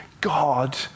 God